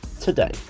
today